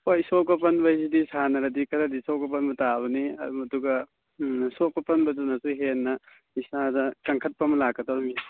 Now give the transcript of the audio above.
ꯍꯣꯏ ꯁꯣꯛꯄ ꯄꯟꯕ ꯍꯥꯏꯁꯤꯗꯤ ꯁꯥꯟꯅꯔꯗꯤ ꯈꯔꯗꯤ ꯁꯣꯛꯄ ꯄꯟꯕ ꯇꯥꯕꯅꯤ ꯑꯗꯨꯒ ꯁꯣꯛꯄ ꯄꯟꯕꯗꯨꯅꯁꯨ ꯍꯦꯟꯅ ꯏꯁꯥꯗ ꯀꯟꯈꯠꯄ ꯑꯃ ꯂꯥꯛꯀꯗꯧꯔꯤꯃꯤ